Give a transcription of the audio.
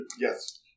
Yes